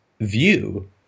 view